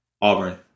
Auburn